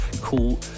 cool